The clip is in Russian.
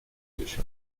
будущем